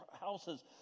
houses